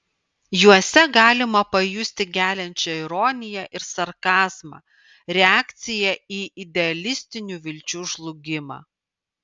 juose galima pajusti geliančią ironiją ir sarkazmą reakciją į idealistinių vilčių žlugimą